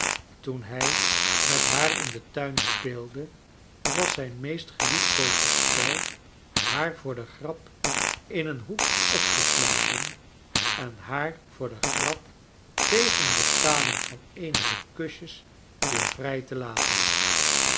toen hij met haar in den tuin speelde was zijn meest geliefkoosde spel haar voor de grap in een hoek op te sluiten en haar voor de grap tegen betaling van eenige kusjes weer vrij te laten